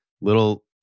little